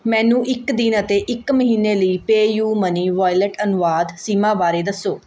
ਮੈਨੂੰ ਇੱਕ ਦਿਨ ਅਤੇ ਇੱਕ ਮਹੀਨੇ ਲਈ ਪੇਯੂ ਮਨੀ ਵਾਲਿਟ ਅਨੁਵਾਦ ਸੀਮਾ ਬਾਰੇ ਦੱਸੋ